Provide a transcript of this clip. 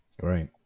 great